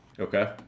Okay